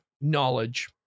knowledge